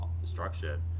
destruction